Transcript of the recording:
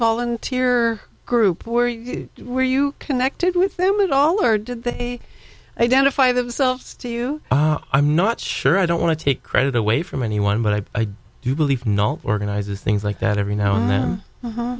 volunteer group or you were you connected with them at all or did they identify themselves to you i'm not sure i don't want to take credit away from anyone but i do believe not organizing things like that every now and then